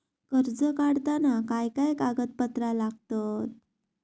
कर्ज काढताना काय काय कागदपत्रा लागतत?